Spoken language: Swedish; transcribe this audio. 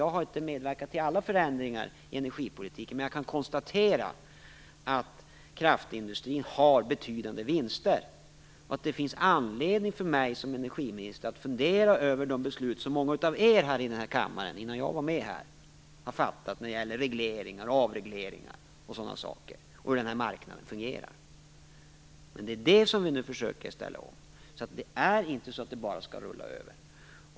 Jag har inte medverkat till alla förändringar i energipolitiken, men jag kan konstatera att kraftindustrin har betydande vinster och att det finns anledning för mig som energiminister att fundera över de beslut som många i denna kammare fattade redan på den tiden då jag inte var med. Det gäller alltså regleringar, avregleringar etc. samt hur den här marknaden fungerar. Det är det vi nu försöker ställa om. Det är inte så att det bara skall rulla över.